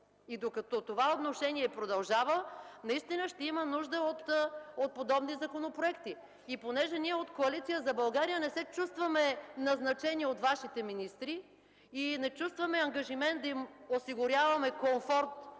И докато това отношение продължава, ще има нужда от подобни законопроекти. Понеже ние от Коалиция за България не се чувстваме назначени от Вашите министри и не чувстваме ангажимент да им осигуряваме комфорт